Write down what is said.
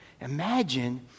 imagine